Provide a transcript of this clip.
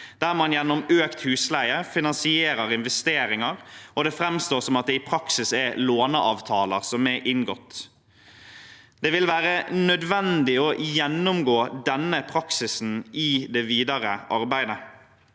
der man gjennom økt husleie finansierer investeringer, og det framstår som at det i praksis er låneavtaler som er inngått. Det vil være nødvendig å gjennomgå denne praksisen i det videre arbeidet.